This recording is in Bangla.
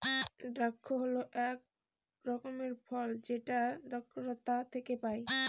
দ্রাক্ষা হল এক রকমের ফল যেটা দ্রক্ষলতা থেকে পায়